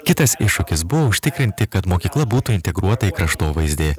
kitas iššūkis buvo užtikrinti kad mokykla būtų integruota į kraštovaizdį